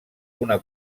una